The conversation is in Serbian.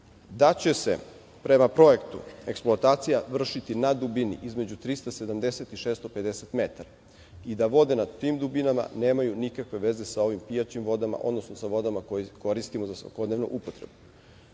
da će se prema projektu eksploatacija vršiti na dubini između 370 i 650 metara i da vode na tim dubinama nemaju nikakve veze sa ovim pijaćim vodama, odnosno sa vodama koje koristimo za svakodnevnu upotrebu. Opet,